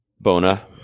Bona